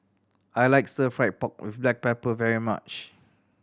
I like Stir Fried Pork With Black Pepper very much